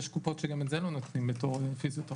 יש קופות שגם את זה לא נותנים בתור פיזיותרפיה.